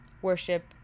worship